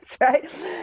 right